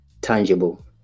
tangible